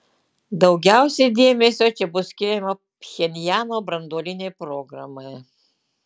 daugiausiai dėmesio čia bus skiriama pchenjano branduolinei programai